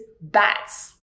bats